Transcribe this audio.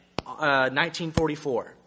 1944